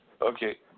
Okay